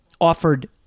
offered